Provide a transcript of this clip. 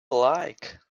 like